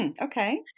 Okay